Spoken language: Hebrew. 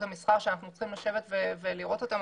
המסחר שאנחנו צריכים לשבת ולראות אותם.